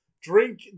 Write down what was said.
drink